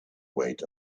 wait